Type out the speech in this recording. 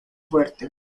fuerte